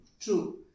True